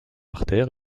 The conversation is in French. artère